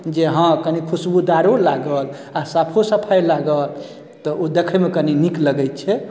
जे हँ कनी खूशबूदारो लागल आओर साफो सफाइ लागल तऽ ओ देखैमे कनी नीक लगै छै